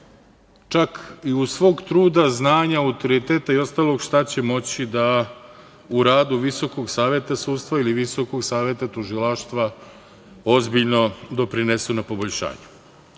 čak i uz svog truda, znanja, autoriteta i ostalog, šta će moći da u radu Visokog saveta sudstva ili Visokog saveta tužilaštva ozbiljno doprinese na poboljšanju. Ono